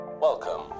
Welcome